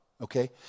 okay